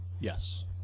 yes